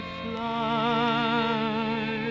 fly